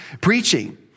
preaching